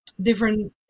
different